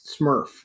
smurf